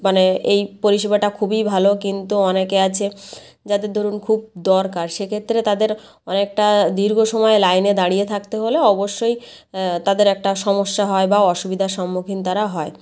মানে এই পরিষেবাটা খুবই ভালো কিন্তু অনেকে আছে যাদের ধরুন খুব দরকার সেক্ষেত্রে তাদের অনেকটা দীর্ঘ সময় লাইনে দাঁড়িয়ে থাকতে হলে অবশ্যই তাদের একটা সমস্যা হয় বা অসুবিধার সম্মুখীন তারা হয়